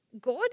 God